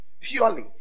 Purely